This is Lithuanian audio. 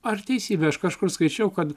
ar teisybė aš kažkur skaičiau kad